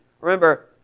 Remember